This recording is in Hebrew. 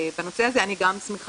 בנושא הזה אני גם שמחה